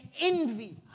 envy